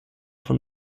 von